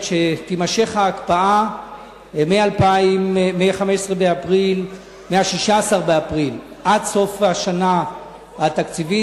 שההקפאה תימשך מ-16 באפריל עד סוף השנה התקציבית,